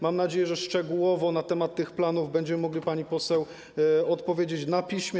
Mam nadzieję, że szczegółowo na temat tych planów będziemy mogli pani poseł odpowiedzieć na piśmie.